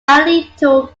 alito